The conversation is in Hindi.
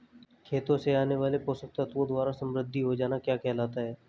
खेतों से आने वाले पोषक तत्वों द्वारा समृद्धि हो जाना क्या कहलाता है?